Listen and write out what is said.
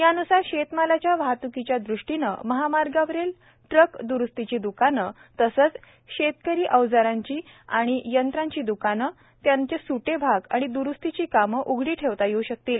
यानुसार शेतमालाच्या वाहतुकीच्या दृष्टीनं महामार्गावरील ट्रक दुरुस्तीची दुकानं तसंच शेतकी अवजारांची आणि यंत्रांची द्कानं त्यांचे स्टे भाग आणि द्रुस्तीची कामं उघडी ठेवता येऊ शकतील